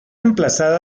emplazada